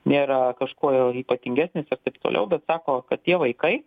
nėra kažkuo ypatingesnės ir taip toliau bet sako kad tie vaikai